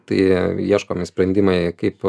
tai ieškomi sprendimai kaip